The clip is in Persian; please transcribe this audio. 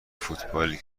فوتبالی